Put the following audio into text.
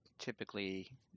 Typically